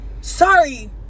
sorry